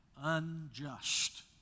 unjust